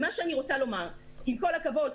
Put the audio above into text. עם כל הכבוד,